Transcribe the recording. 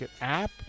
app